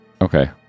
Okay